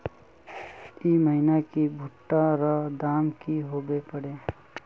ई महीना की भुट्टा र दाम की होबे परे?